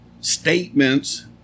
statements